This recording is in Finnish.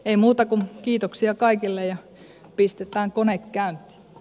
ei muuta kuin kiitoksia kaikille ja pistetään kone käyntiin